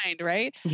right